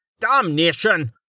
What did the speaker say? Damnation